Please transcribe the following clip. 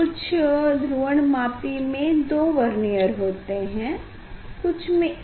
कुछ ध्रुवणमापी में 2 वर्नियर होते है और कुछ में 1